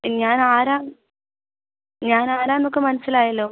ഞാൻ ആരാണ് ഞാൻ ആരാണെന്നൊക്കെ മനസ്സിലായല്ലോ